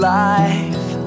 life